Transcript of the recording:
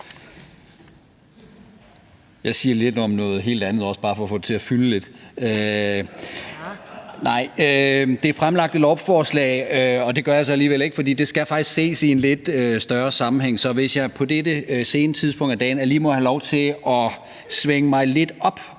Jeg siger lidt om noget helt andet, også bare for at få det til at fylde lidt. Det gør jeg, fordi det fremsatte lovforslag faktisk skal ses i en lidt større sammenhæng. Så hvis jeg på dette sene tidspunkt lige må have lov til at svinge mig lidt op